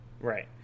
Right